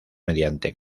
mediante